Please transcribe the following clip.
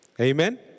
amen